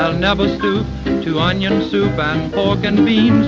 um number two on your soup um can lead